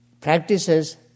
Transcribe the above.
practices